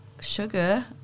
sugar